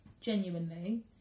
genuinely